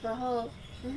然后